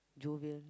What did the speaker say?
jovial